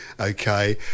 okay